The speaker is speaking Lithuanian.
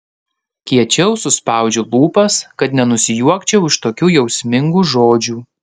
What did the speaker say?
kiečiau suspaudžiu lūpas kad nenusijuokčiau iš tokių jausmingų žodžių